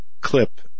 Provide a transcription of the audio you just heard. clip